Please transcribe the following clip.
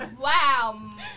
wow